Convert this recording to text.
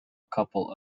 couple